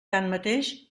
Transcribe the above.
tanmateix